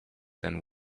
then